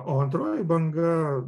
o antroji banga